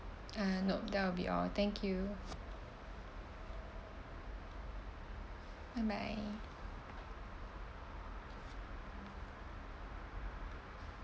ah nope that will be all thank you bye bye